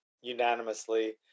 unanimously